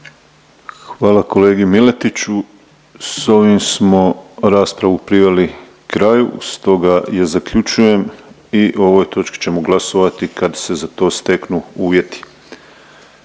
Hvala kolegi Miletiću. S ovim smo raspravu priveli kraju, stoga je zaključujem i ovoj točki ćemo glasovati kad se za to steknu uvjeti.